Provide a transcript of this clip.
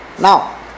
now